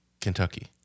Kentucky